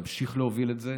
נמשיך להוביל את זה,